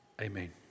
Amen